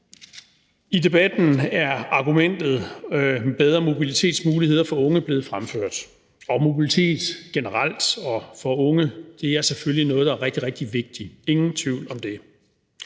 I debatten er argumentet om bedre mobilitetsmuligheder for unge blevet fremført, og mobilitet generelt og for unge er selvfølgelig noget, der er rigtig, rigtig vigtigt, ingen tvivl om det,